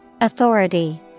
Authority